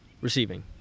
receiving